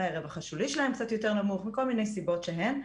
הרווח השולי שלהם קצת יותר נמוך וכל מיני סיבות שהן,